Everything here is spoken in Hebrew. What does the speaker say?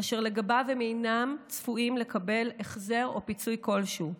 אשר לגביו הם אינם צפויים לקבל החזר או פיצוי כלשהו.